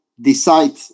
Decide